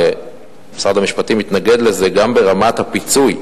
ומשרד המשפטים התנגד לזה גם ברמת הפיצוי.